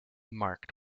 marked